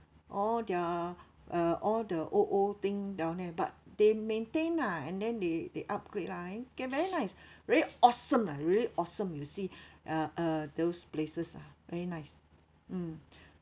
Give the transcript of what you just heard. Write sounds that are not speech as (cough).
all their (breath) uh all the old old thing down there but they maintain nah and then they they upgrade lah eh get very nice (breath) really awesome lah really awesome you see (breath) uh uh those places ah very nice mm